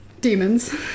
Demons